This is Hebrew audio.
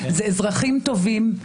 זה אזרחים טובים,